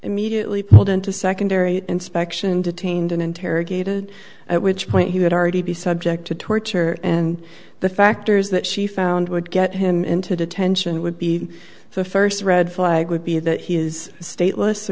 immediately pulled into secondary inspection detained and interrogated at which point he would already be subject to torture and the factors that she found would get him into detention would be the first red flag would be that he is stateless so